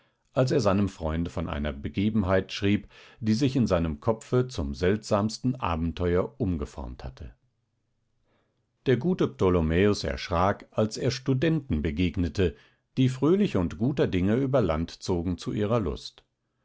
als er seinem freunde von einer begebenheit schrieb die sich in seinem kopfe zum seltsamsten abenteuer umgeformt hatte der gute ptolomäus erschrak als er studenten begegnete die fröhlich und guter dinge über land zogen zu ihrer lust